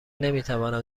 نمیتوانم